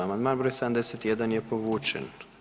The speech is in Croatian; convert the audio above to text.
Amandman broj 71. je povučen.